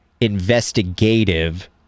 investigative